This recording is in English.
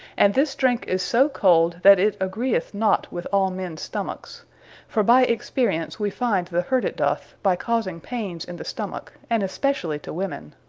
and this drink is so cold, that it agreeth not with all mens stomacks for by experience we find the hurt it doth, by causing paines in the stomacke, and especially to women.